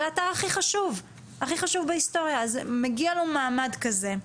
הוא האתר הכי חשוב בהיסטוריה אז מגיע לו מעמד כזה.